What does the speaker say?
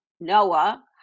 Noah